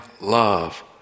love